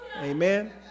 Amen